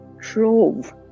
trove